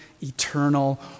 eternal